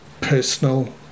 personal